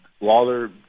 Lawler